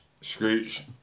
Screech